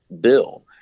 bill